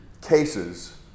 cases